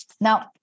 Now